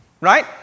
right